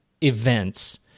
events